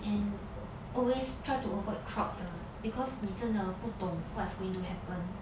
and always try to avoid crowds lah because 你真的不懂 what's going to happen